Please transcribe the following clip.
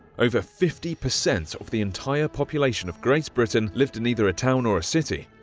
over fifty percent of the entire population of great britain lived in either a town or a city,